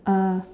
uh